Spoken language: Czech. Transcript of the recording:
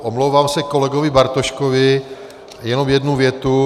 Omlouvám se kolegovi Bartoškovi, jenom jednu větu.